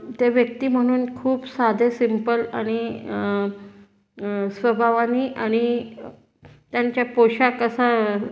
ते व्यक्ती म्हणून खूप साधे सिंपल आणि स्वभावानी आणि त्यांच्या पोशाख असा